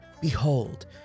Behold